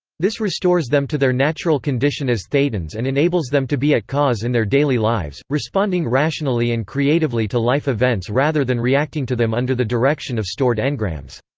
this restores them to their natural condition as thetans and enables them to be at cause in their daily lives, responding rationally and creatively to life events rather than reacting to them under the direction of stored engrams.